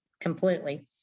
completely